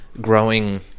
growing